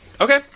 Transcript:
Okay